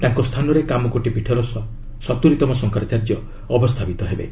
ତାଙ୍କ ସ୍ଥାନରେ କାମକୋଟି ପୀଠର ସତୁରୀତମ ଶଙ୍କରାଚାର୍ଯ୍ୟ ଅବସ୍ଥାପିତ ହେବେ